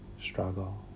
struggle